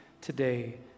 today